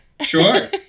sure